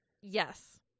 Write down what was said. Yes